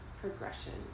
progression